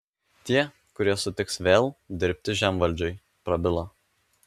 tie kurie sutiks vėl dirbti žemvaldžiui prabilo